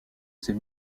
ses